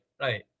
right